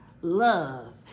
love